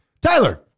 Tyler